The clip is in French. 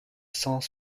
cent